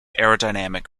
aerodynamic